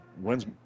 when's